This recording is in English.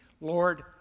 Lord